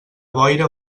boira